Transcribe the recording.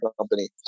company